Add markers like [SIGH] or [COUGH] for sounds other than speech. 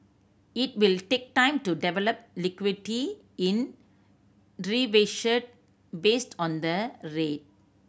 it will take time to develop liquidity in [UNINTELLIGIBLE] based on the rate